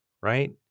right